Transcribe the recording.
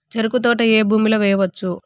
చెరుకు తోట ఏ భూమిలో వేయవచ్చు?